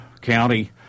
County